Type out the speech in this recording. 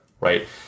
right